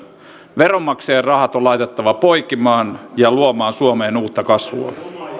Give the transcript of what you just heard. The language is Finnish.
veronmaksajien rahat on laitettava poikimaan ja luomaan suomeen uutta kasvua